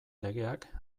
legeak